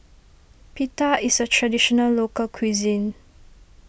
Pita is a Traditional Local Cuisine